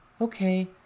Okay